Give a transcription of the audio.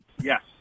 Yes